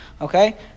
Okay